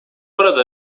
arada